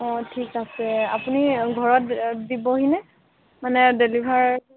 অঁ ঠিক আছে আপুনি ঘৰত দিবহিনে মানে ডেলিভাৰ